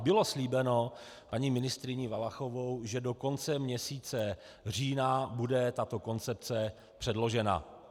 Bylo slíbeno paní ministryní Valachovou, že do konce měsíce října bude tato koncepce předložena...